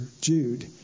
Jude